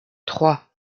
trois